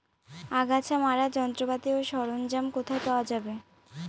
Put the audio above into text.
আগাছা মারার যন্ত্রপাতি ও সরঞ্জাম কোথায় পাওয়া যাবে?